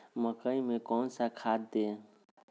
मकई में कौन सा खाद दे?